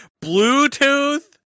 Bluetooth